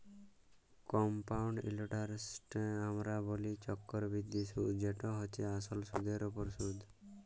compound ইলটারেস্টকে আমরা ব্যলি চক্করবৃদ্ধি সুদ যেট হছে আসলে সুদের উপর সুদ